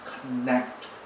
connect